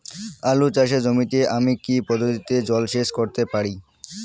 আলু চাষে জমিতে আমি কী পদ্ধতিতে জলসেচ করতে পারি?